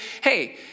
hey